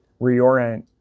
reorient